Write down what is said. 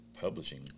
publishing